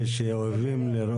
לא, לא נתת לי.